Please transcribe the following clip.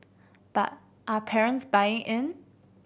but are parents buying in